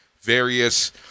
various